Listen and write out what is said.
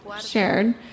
shared